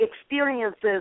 experiences